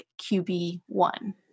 QB1